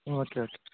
okay okay